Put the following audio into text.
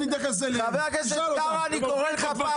חבר הכנסת קארה, אני קורא לך פעם שנייה.